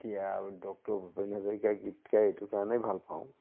এতিয়া ডক্টৰ ভূপেন হাজৰিকাৰ গীত গাই এইটো কাৰণেই ভাল পাওঁ